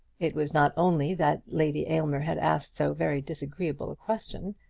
it was not only that lady aylmer had asked so very disagreeable a question,